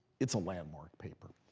it's a landmark paper.